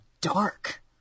dark